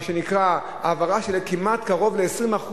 במה שנקרא העברה של כמעט קרוב ל-20%